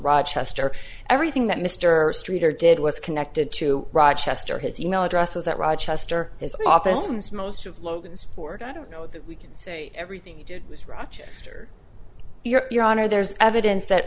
rochester everything that mr streeter did was connected to rochester his e mail address was that rochester his office was most of logansport i don't know that we can say everything you did was rochester your your honor there's evidence that